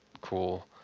cool